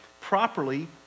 properly